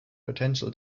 potential